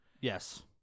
Yes